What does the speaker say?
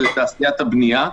זה ענף הבנייה.